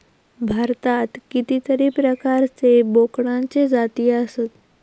भारतात कितीतरी प्रकारचे बोकडांचे जाती आसत